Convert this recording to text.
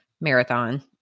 marathon